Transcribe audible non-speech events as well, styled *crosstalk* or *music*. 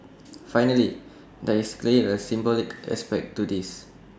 *noise* finally there is clearly A symbolic aspect to this